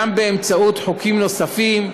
גם באמצעות חוקים נוספים,